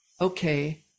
Okay